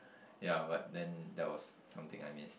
ya but then that was something I miss